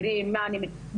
תיראי עם מה אני מתמודדת,